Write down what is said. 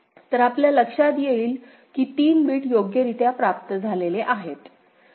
तर आपल्या लक्षात येईल की 3 बिट योग्यरित्या प्राप्त झालेले आहेत